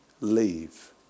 leave